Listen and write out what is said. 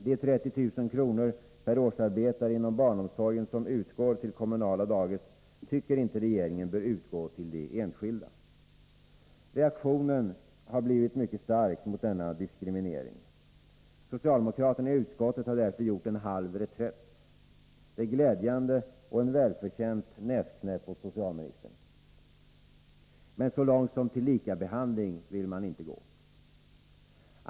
De 30 000 kr. per årsarbetare inom barnomsorgen som utgår till kommunala dagis tycker inte regeringen bör utgå till de enskilda. Reaktionen har blivit mycket stark mot denna diskriminering. Socialdemokraterna i utskottet har därför gjort en halv reträtt. Det är glädjande och en välförtjänt näsknäpp åt socialministern. Men så långt som till lika behandling vill man inte gå.